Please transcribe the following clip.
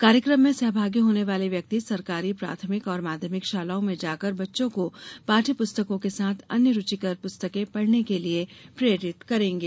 कार्यक्रम में सहभागी होने वाले व्यक्ति सरकारी प्राथमिक और माध्यमिक शालाओं में जाकर बच्चों को पाठ्य प्रस्तकों के साथ अन्य रुचिकर प्रस्तकें पढ़ने के लिये प्रेरित करेंगे